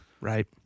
Right